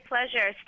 Pleasure